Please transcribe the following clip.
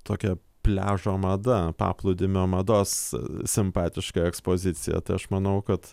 tokia pliažo mada paplūdimio mados simpatiška ekspozicija tai aš manau kad